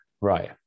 right